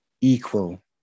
equal